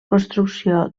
construcció